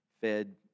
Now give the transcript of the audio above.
fed